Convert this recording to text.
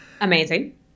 Amazing